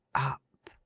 up,